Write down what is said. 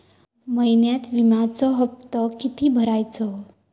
महिन्यात विम्याचो हप्तो किती भरायचो?